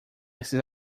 esses